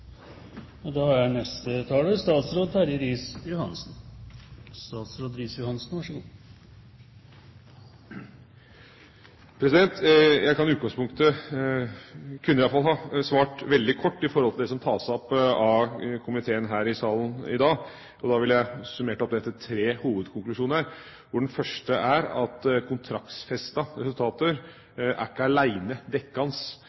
Jeg kunne i utgangspunktet svart veldig kort på det som tas opp av komiteen her i salen i dag, og da ville jeg oppsummert det i tre hovedkonklusjoner. For det første er ikke kontraktsfestede resultater alene dekkende